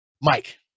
mike